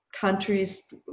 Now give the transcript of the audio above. Countries